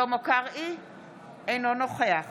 אינו נוכח